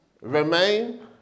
Remain